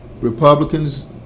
Republicans